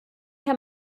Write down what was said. herr